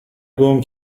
گـم